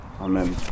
Amen